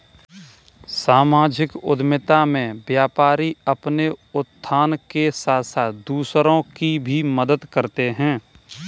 सामाजिक उद्यमिता में व्यापारी अपने उत्थान के साथ साथ दूसरों की भी मदद करते हैं